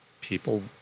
people